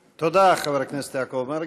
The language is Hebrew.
תודה, חבר הכנסת יעקב מרגי.